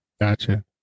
Gotcha